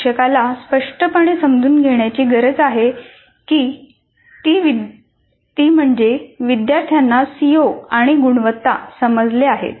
शिक्षकाला स्पष्टपणे समजून घेण्याची गरज आहे ती म्हणजे विद्यार्थ्यांना सीओ आणि गुणवत्ता समजले आहेत